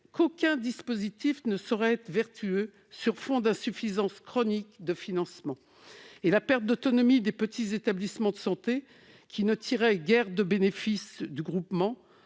qu'aucun dispositif ne saurait être vertueux sur fond d'insuffisance chronique de financements. La perte d'autonomie des petits établissements de santé, qui ne tiraient guère de bénéfice du groupement,